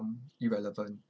irrelevant